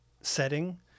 setting